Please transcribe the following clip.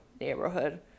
neighborhood